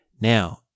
Now